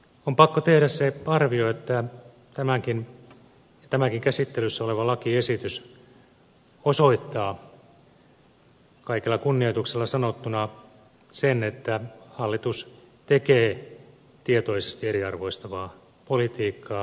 on pakko tehdä se arvio että tämäkin käsittelyssä oleva lakiesitys osoittaa kaikella kunnioituksella sanottuna sen että hallitus tekee tietoisesti eriarvoistavaa politiikkaa